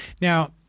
Now